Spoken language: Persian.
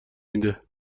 میده